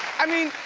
i mean,